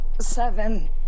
Seven